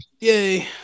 Yay